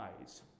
eyes